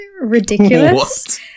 ridiculous